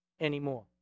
anymore